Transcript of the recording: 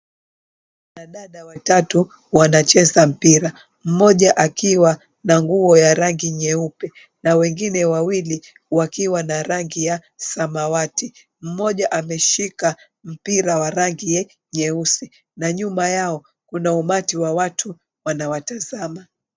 Kina dada watatu wanacheza mpira, mmoja akiwa na nguo ya rangi nyeupe na wengine wawili wakiwa na rangi ya samawati, mmoja ameshika mpira wa rangi nyeusi na nyuma yao kuna umati wa watu unawatazama.